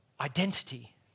Identity